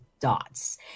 dots